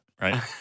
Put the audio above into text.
right